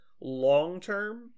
long-term